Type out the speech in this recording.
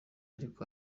ariko